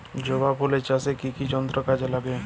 জবা ফুল চাষে কি কি যন্ত্র কাজে লাগে?